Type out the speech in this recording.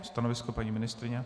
Stanovisko paní ministryně?